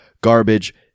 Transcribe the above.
Garbage